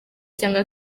cyangwa